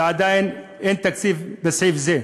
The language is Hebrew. ועדיין אין תקציב בסעיף בעניין זה,